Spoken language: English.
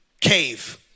cave